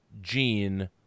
Gene